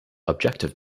objective